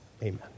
amen